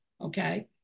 okay